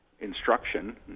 instruction